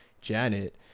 Janet